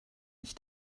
nicht